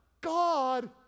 God